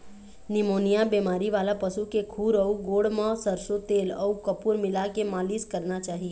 pneumonia बेमारी वाला पशु के खूर अउ गोड़ म सरसो तेल अउ कपूर मिलाके मालिस करना चाही